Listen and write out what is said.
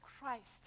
Christ